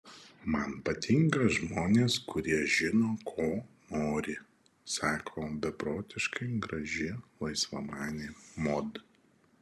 man patinka žmonės kurie žino ko nori sako beprotiškai graži laisvamanė mod